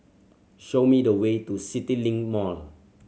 show me the way to CityLink Mall